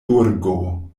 burgo